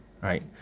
right